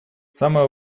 самое